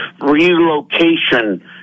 relocation